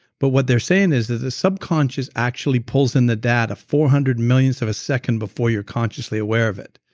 but what they're saying is that the subconscious actually pulls in the data four hundred millionths of a second before you're consciously aware of it.